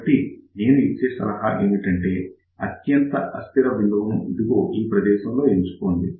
కాబట్టి నేను ఇచ్చే సలహా ఏంటంటే అత్యంత అస్థిర బిందువును ఈ ప్రదేశంలో ఎంచుకోండి